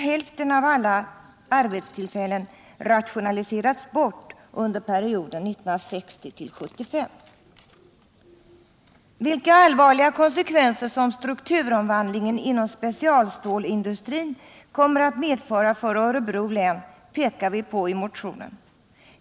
Inom skogsoch jordbruket har Vilka allvarliga konsekvenser som strukturomvandlingen inom specialstålindustrin kommer att medföra för Örebro län pekar vi på i motionen.